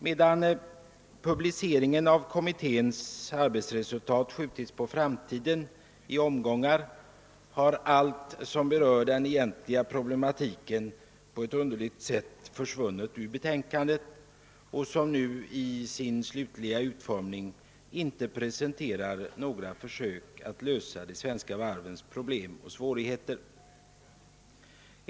Medan publiceringen av kommitténs arbetsresultat skjutits på framtiden i omgångar har allt som berör den egentliga problematiken på något underligt sätt försvunnit ur betänkandet, som nu i sin slutliga utformning inte presenterar några försök att lösa de svenska varvens problem och svårigheter.